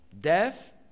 death